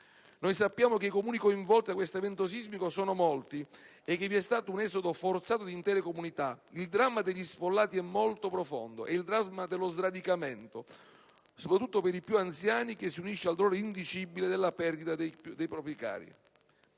Sappiamo che i Comuni coinvolti da questo evento sismico sono molti e che vi è stato un esodo forzato di intere comunità. Il dramma degli sfollati è molto profondo: è il dramma dello sradicamento, soprattutto per i più anziani, che si unisce al dolore indicibile della perdita dei propri cari.